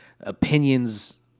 opinions